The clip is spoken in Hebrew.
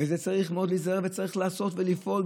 צריך מאוד להיזהר וצריך לעשות ולפעול,